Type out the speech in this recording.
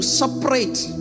separate